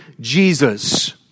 Jesus